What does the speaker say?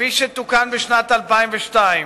כפי שתוקן בשנת 2002,